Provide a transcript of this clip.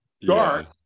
dark